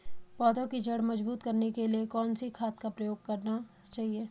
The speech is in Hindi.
पौधें की जड़ मजबूत करने के लिए कौन सी खाद का प्रयोग करना चाहिए?